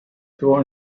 throw